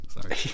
Sorry